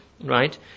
Right